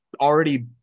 already